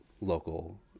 local